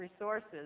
resources